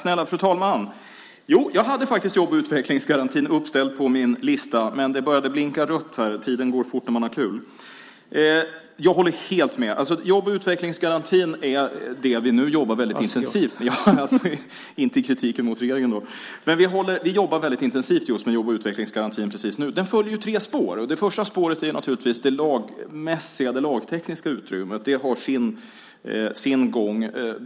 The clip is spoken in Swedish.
Fru talman! Jo, jag hade faktiskt jobb och utvecklingsgarantin uppställd på min lista, men min talartid tog slut - tiden går fort när man har kul! Jag håller helt med - ja, kanske inte i kritiken mot regeringen! Vi jobbar väldigt intensivt just med jobb och utvecklingsgarantin nu. Den följer tre spår. Det första spåret är naturligtvis det lagtekniska utrymmet. Det har sin gång.